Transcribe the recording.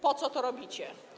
Po co to robicie?